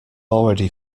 already